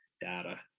data